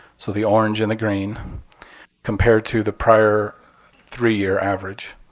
so the orange and the green compared to the prior three year average.